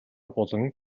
болон